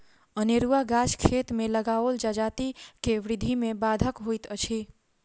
अनेरूआ गाछ खेत मे लगाओल जजाति के वृद्धि मे बाधक होइत अछि